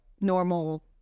normal